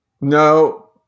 No